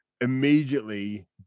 immediately